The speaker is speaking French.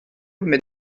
mais